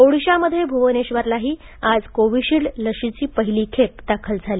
ओडिशामध्ये भुवनेश्वरलाही आज कोविशिल्ड लसीची पहिली खेप दाखल झाली